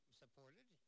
supported